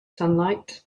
sunlight